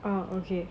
ah okay